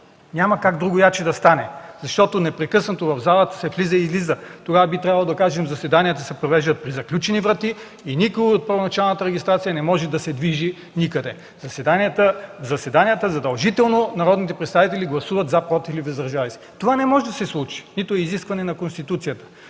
Няма как другояче да стане, защото в залата се влиза и излиза непрекъснато. Тогава би трябвало да кажем: „Заседанията се провеждат при заключени врати” и никой от първоначалната регистрация не може да се движи никъде! „На заседанията задължително народните представители гласуват „за”, „против” или „въздържали се”. Това не може да се случи, нито е изискване на Конституцията.